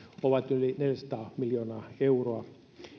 ovat yli neljäsataa miljoonaa euroa